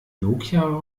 nokia